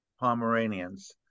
Pomeranians